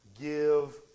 give